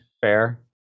fair